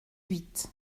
huit